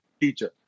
teacher